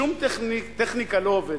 שום טכניקה לא עובדת,